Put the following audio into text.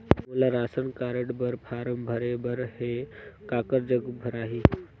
मोला ration card बर form भरे बर हे काकर जग भराही?